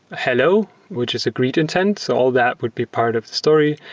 hello, which is a greet intent. so all that would be part of the story.